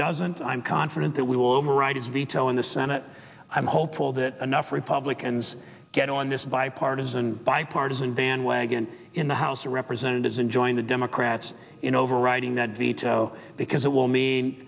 doesn't and i'm confident that we will override his veto in the senate i'm hopeful that enough republicans get on this bipartisan bipartisan bandwagon in the house of representatives and join the democrats in overriding that veto because it will mean